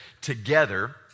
together